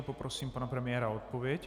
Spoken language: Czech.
Poprosím pana premiéra o odpověď.